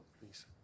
please